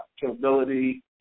capability